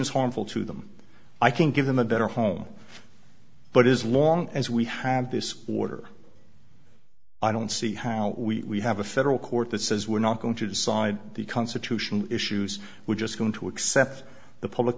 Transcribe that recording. is harmful to them i can give them a better home but as long as we have this order i don't see how we have a federal court that says we're not going to decide the constitution issues we're just going to accept the public